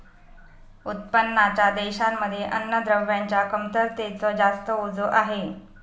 उत्पन्नाच्या देशांमध्ये अन्नद्रव्यांच्या कमतरतेच जास्त ओझ आहे